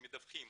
שמדווחים,